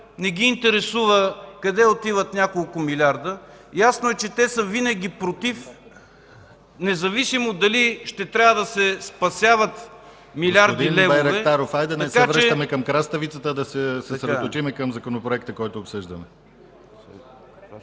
не ги интересува къде отиват няколко милиарда. Ясно е, че те са винаги против, независимо дали ще трябва да се спасяват милиарди левове... ПРЕДСЕДАТЕЛ ДИМИТЪР ГЛАВЧЕВ: Господин Байрактаров, хайде да не се връщаме към краставицата, а да се съсредоточим към законопроекта, който обсъждаме.